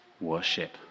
worship